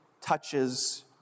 touches